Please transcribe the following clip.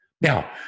Now